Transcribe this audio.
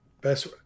Best